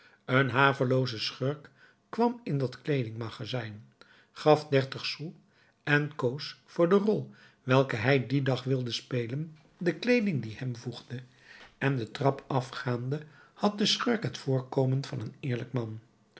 een havelooze schurk kwam in dat kleerenmagazijn gaf dertig sous en koos voor de rol welke hij dien dag wilde spelen de kleeding die hem voegde en de trap afgaande had de schurk het voorkomen van een eerlijk man